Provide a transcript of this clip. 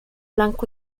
blanco